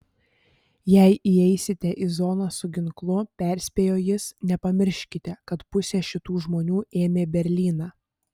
jei įeisite į zoną su ginklu perspėjo jis nepamirškit kad pusė šitų žmonių ėmė berlyną